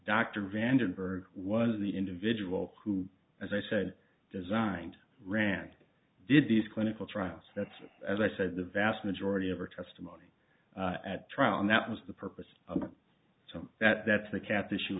dr vandenberg was the individual who as i said designed rand did these clinical trials that's as i said the vast majority of her testimony at trial and that was the purpose so that that's the kathy issue